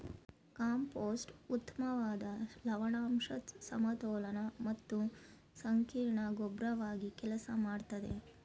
compost ಉತ್ತಮ್ವಾದ ಲವಣಾಂಶದ್ ಸಮತೋಲನ ಮತ್ತು ಸಂಕೀರ್ಣ ಗೊಬ್ರವಾಗಿ ಕೆಲ್ಸ ಮಾಡ್ತದೆ